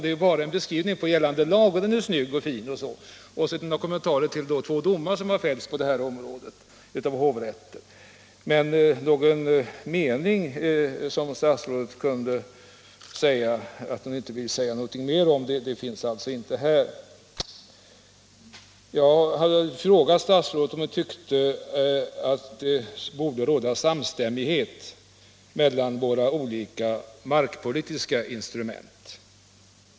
Det är bara en beskrivning på gällande lag — och den är snygg och fin — och kommentarer till två domar som har fällts på detta område av hovrätten. Men någon mening som statsrådet kunde säga att hon inte ville uttala någonting mer om finns alltså inte här. Jag har frågat statsrådet om hon tyckte att det borde råda samstämmighet mellan våra olika markpolitiska instrument.